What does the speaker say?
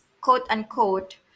quote-unquote